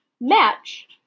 match